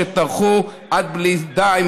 שטרחו עד בלי די,